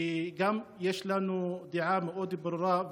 כי גם לנו יש דעה מאוד ברורה,